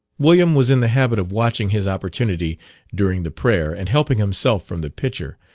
william was in the habit of watching his opportunity during the prayer and helping himself from the pitcher,